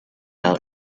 out